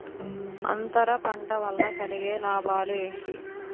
అంతర పంట వల్ల కలిగే లాభాలు ఏంటి